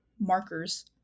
markers